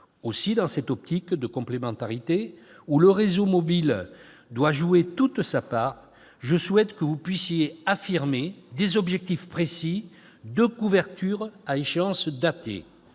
Aussi, dans cette optique de complémentarité où le réseau mobile doit jouer toute sa part, je souhaite que vous puissiez affirmer des objectifs précis de couverture à échéance datée.